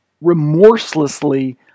remorselessly